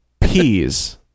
Peas